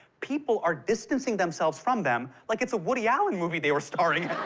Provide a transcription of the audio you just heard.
people are distancing themselves from them, like it's a woody allen movie they were starring